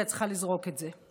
את צריכה לזרוק את זה.